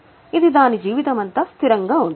ఇది దాని జీవితమంతా స్థిరంగా ఉంటుంది